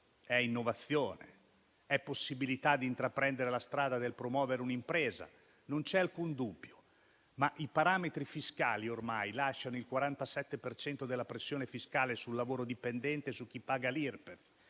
innovazione, possibilità di intraprendere la strada del promuovere un'impresa, non c'è alcun dubbio. Tuttavia i parametri fiscali ormai lasciano il 47 per cento della pressione fiscale sul lavoro dipendente e su chi paga l'IRPEF,